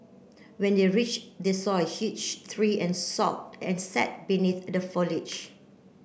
when they reach they saw a huge three and saw and sat beneath the foliage